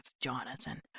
Jonathan